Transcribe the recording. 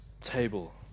table